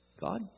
God